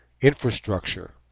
infrastructure